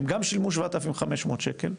הם גם שילמו 7,500 שקל,